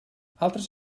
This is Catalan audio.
altres